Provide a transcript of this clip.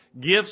Gifts